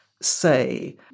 Say